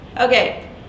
Okay